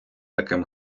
таким